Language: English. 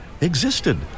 existed